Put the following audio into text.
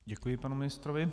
Děkuji panu ministrovi.